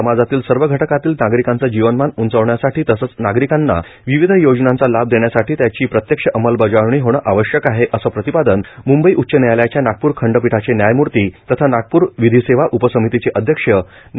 समाजातील सर्व घटकातील नागरिकांचे जीवनमान उंचाविण्यासाठी तसेच नागरिकांना विविध योजनांचा लाभ देण्यासाठी त्याची प्रत्यक्ष अंमलबजावणी होणे आवश्यक आहे असे प्रतिपादन मुंबई उच्च न्यायालयाच्या नागपूर खंडपीठाचे न्यायमूर्ती तथा नागपूर विधीसेवा उपसमितीचे अध्यक्ष न्या